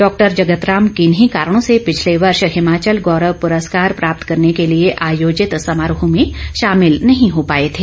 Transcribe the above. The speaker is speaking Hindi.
डॉक्टर जगत राम किन्हीं कारणों से पिछले वर्ष हिमाचल गौरव प्रस्कार प्राप्त करने के आयोजित समारोह में शामिल नहीं हो पाए थे